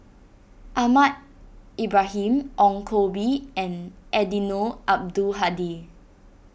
Ahmad Ibrahim Ong Koh Bee and Eddino Abdul Hadi